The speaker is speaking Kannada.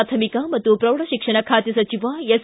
ಪ್ರಾಥಮಿಕ ಮತ್ತು ಪ್ರೌಢ ಶಿಕ್ಷಣ ಖಾತೆ ಸಚಿವ ಎಸ್